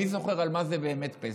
מי זוכר על מה זה באמת פסח?